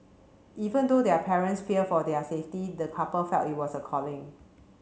even though their parents feared for their safety the couple felt it was a calling